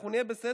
אנחנו נהיה בסדר,